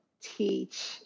teach